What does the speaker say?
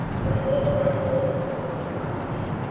bring all white baltimore to my feet,